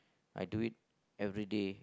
I do it everyday